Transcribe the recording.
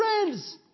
Friends